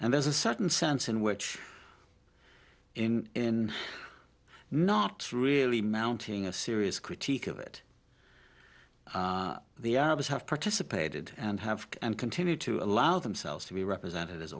and there's a certain sense in which in not really mounting a serious critique of it the arabs have participated and have and continue to allow themselves to be represent